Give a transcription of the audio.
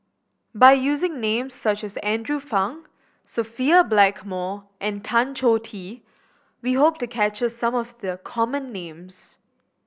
by using names such as Andrew Phang Sophia Blackmore and Tan Choh Tee we hope to capture some of the common names